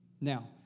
Now